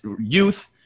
youth